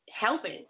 helping